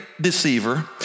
deceiver